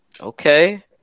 okay